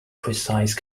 precise